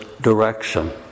direction